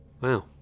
Wow